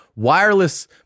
wireless